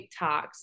TikToks